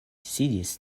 sidis